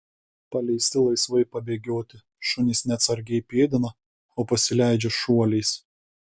paleisti laisvai pabėgioti šunys ne atsargiai pėdina o pasileidžia šuoliais